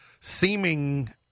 seeming